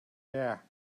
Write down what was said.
air